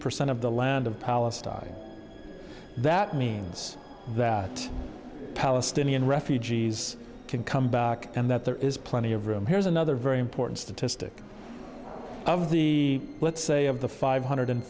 percent of the land of palestine that means that palestinian refugees can come back and that there is plenty of room here's another very important statistic of the let's say of the five hundred